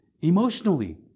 emotionally